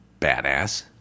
badass